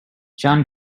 john